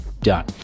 Done